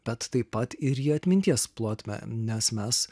bet taip pat ir į atminties plotmę nes mes